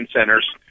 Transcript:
centers